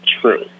true